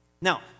Now